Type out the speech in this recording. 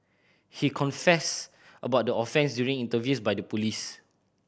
he confessed about the offence during interviews by the police